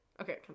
Okay